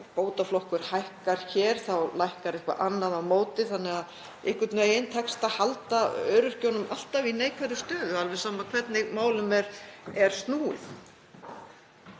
bótaflokkur hækkar hér þá lækkar eitthvað annað á móti þannig að einhvern veginn tekst alltaf að halda öryrkjum í neikvæðri stöðu, alveg sama hvernig málum er snúið.